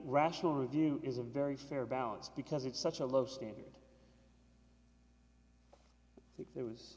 rational review is a very fair balance because it's such a low standard if there was